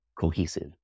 cohesive